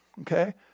okay